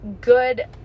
good